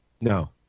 No